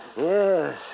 Yes